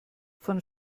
von